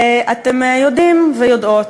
אתם יודעים ויודעות,